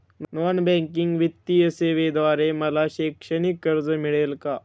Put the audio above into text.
Non banking वित्तीय सेवेद्वारे मला शैक्षणिक कर्ज मिळेल का?